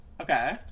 Okay